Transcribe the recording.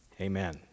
Amen